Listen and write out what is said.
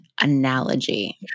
analogy